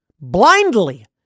blindly